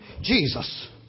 Jesus